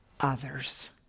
others